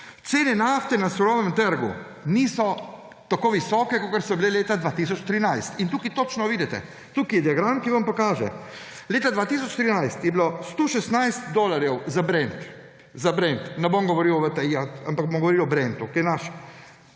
Cene nafte na surovem trgu niso tako visoke, kakor so bile leta 2013. Tukaj točno vidite, tukaj je diagram, ki vam pokaže. Leta 2013 je bilo 116 dolarjev za brent, za brent. Bom govoril o brentu, ki je naš